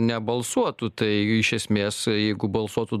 nebalsuotų tai iš esmės jeigu balsuotų